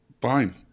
fine